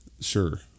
Sure